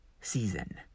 season